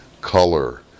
color